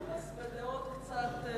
ג'ומס בדעות קצת,